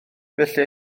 felly